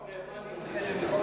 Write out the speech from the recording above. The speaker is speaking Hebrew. יעקב נאמן הוא מומחה למיסוי.